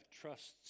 trusts